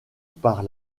par